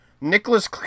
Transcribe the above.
Nicholas